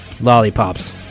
lollipops